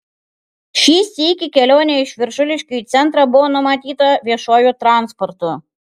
šį sykį kelionė iš viršuliškių į centrą buvo numatyta viešuoju transportu